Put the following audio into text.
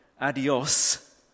adios